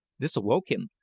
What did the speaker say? this awoke him,